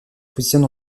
positionne